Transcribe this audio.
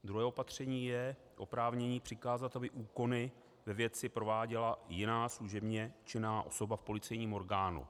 Druhé opatření je oprávnění přikázat, aby úkony ve věci prováděla jiná služebně činná osoba v policejním orgánu.